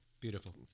Beautiful